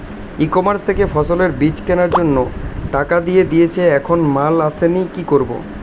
E commerce থেকে ফসলের বীজ কেনার জন্য টাকা দিয়ে দিয়েছি এখনো মাল আসেনি কি করব?